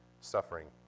suffering